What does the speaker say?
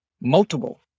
multiple